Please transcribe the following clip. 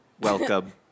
welcome